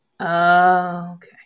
okay